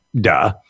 duh